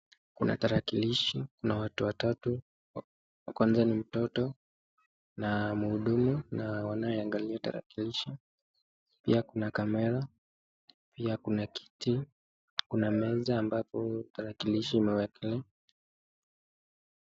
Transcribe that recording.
Kuna tarakilishi na watu watatu kuna wa kwanza ni mtoto na mhudumu na wanaoangalia tarakilishi pia kuna kamera, pia kuna kiti kuna meza ambayo tarakilishi imewekelea.